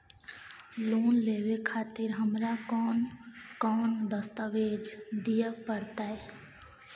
Loan लेवे खातिर हमरा कोन कौन दस्तावेज दिय परतै?